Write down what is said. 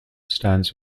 stands